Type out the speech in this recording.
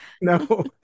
no